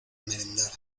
merendar